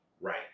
right